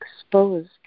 exposed